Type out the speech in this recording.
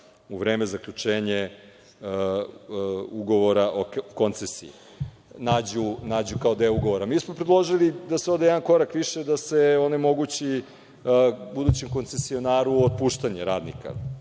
u vreme zaključenja ugovora o koncesiji nađu kao deo ugovora. Mi smo predložili da se ode jedan korak više, da se onemogući budućim koncensionarima otpuštanje radnika.